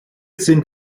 sind